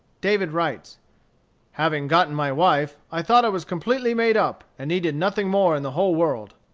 david writes having gotten my wife, i thought i was completely made up, and needed nothing more in the whole world.